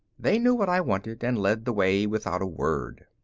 they knew what i wanted and led the way without a word.